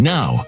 Now